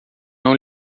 não